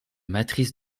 matrices